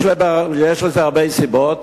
יש לזה הרבה סיבות.